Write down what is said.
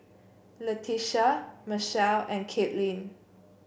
Letitia Mechelle and Caitlyn